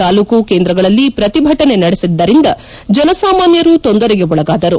ತಾಲೂಕು ಕೇಂದ್ರಗಳಲ್ಲಿ ಪ್ರತಿಭಟನೆ ನಡೆಸಿದ್ದರಿಂದ ಜನಸಾಮಾನ್ಯರು ತೊಂದರೆಗೆ ಒಳಗಾದರು